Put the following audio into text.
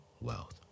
wealth